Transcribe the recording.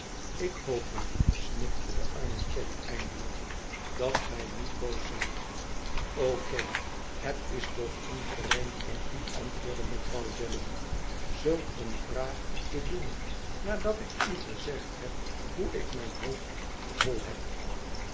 ik hoop ma snikte de arme caddy eindelijk dat gij niet boos zijt o caddy het is toch ongerijmd van u antwoordde mevrouw jellyby zulk eene vraag te doen nadat ik u gezegd heb hoe ik mijn hoofd vol heb